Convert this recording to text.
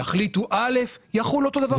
יחליטו א', יחול אותו הדבר.